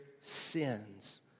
sins